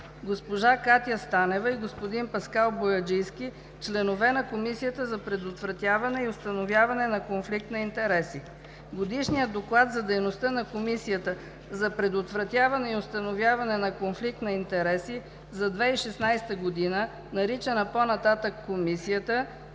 госпожа Катя Станева и господин Паскал Бояджийски – членове на Комисията за предотвратяване и установяване на конфликт на интереси. Годишният доклад за дейността на Комисията за предотвратяване и установяване на конфликт на интереси за 2016 г., наричана по-нататък „Комисията“,